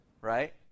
Right